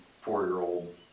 four-year-old